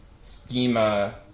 schema